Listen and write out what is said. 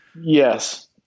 Yes